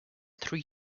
three